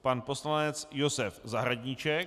Pan poslanec Josef Zahradníček.